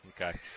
okay